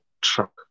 truck